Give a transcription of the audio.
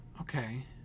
Okay